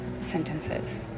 sentences